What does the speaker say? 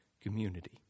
community